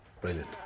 Brilliant